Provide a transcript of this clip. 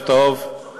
חבר